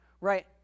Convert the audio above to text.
right